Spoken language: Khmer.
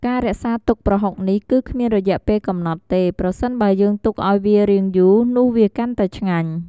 ការរក្សាទុកប្រហុកនេះ គឺគ្មានរយៈពេលកំណត់ទេ ប្រសិនបើយើងទុកឱ្យវារៀងយូនោះវាកាន់តែឆ្ងាញ់ ។